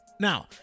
now